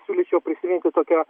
siūlyčiau prisiminti tokią